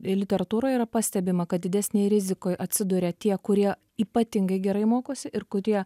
literatūroj yra pastebima kad didesnėj rizikoj atsiduria tie kurie ypatingai gerai mokosi ir kurie